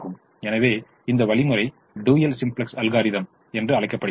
எனவே இந்த வழிமுறை டூயல் சிம்ப்ளக்ஸ் அல்காரிதம் என்று அழைக்கப்படுகிறது